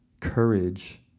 Courage